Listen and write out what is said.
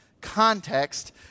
context